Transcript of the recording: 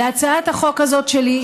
להצעת החוק הזאת שלי,